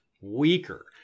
weaker